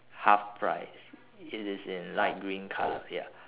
half price it is in light green colour ya